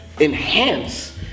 enhance